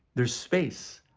there's pace.